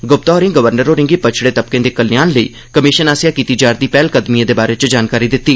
गुप्ता होरें गवर्नर होरें'गी पच्छडे तबके दे कल्याण लेई कमिशन आसेआ कीती जा'रदी पैहलकदमिएं दे बारै च जानकारी दित्ती